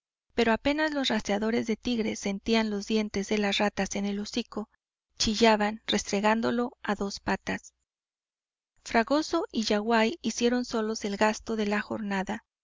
pero apenas los rastreadores de tigres sentían los dientes de las ratas en el hocico chillaban restregándolo a dos patas fragoso y yaguaí hicieron solos el gasto de la jornada